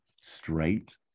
Straight